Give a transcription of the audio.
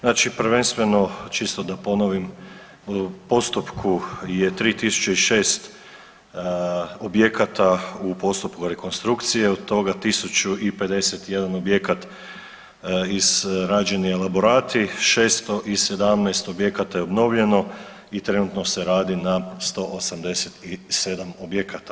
Znači prvenstveno čisto da ponovim u postupku je 3006 objekata u postupku rekonstrukcije, od toga 1051 objekat izrađeni elaborati, 617 objekata je obnovljeno i trenutno se radi na 187 objekata.